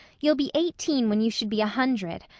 you'll be eighteen when you should be a hundred.